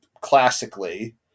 classically